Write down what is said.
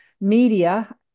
media